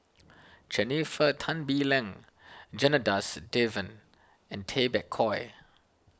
Jennifer Tan Bee Leng Janadas Devan and Tay Bak Koi